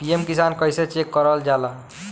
PM Kisan कइसे चेक करल जाला?